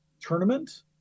tournament